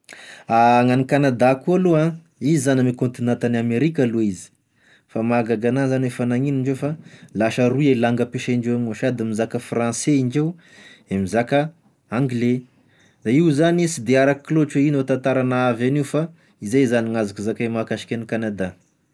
Gn'agn'i Kanada koa aloha, izy zany ame kaontinanta agn'Amerika aloha izy, fa mahagaga agnah zany hoe fa gnagnino indreo fa lasa roy e langues ampiasaindreo amign'ao, sady mizaka français indreo no mizaka anglais, da io zany sy de arako loatra hoe ino tantara nahaavy agn'io izay zany gn'azoko zakay mahakasiky Kanada.